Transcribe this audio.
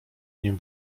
nim